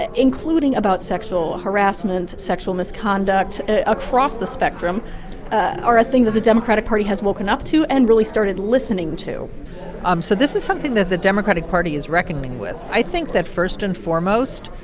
including about sexual harassment, sexual misconduct across the spectrum are a thing that the democratic party has woken up to and really started listening to um so this is something that the democratic party is reckoning with. i think that first and foremost,